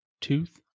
tooth